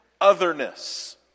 otherness